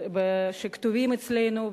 שכתובים אצלנו,